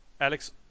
Alex